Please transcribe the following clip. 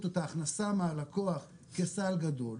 את רווחיות או את ההכנסה מהלקוח כסל גדול,